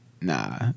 nah